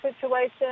situation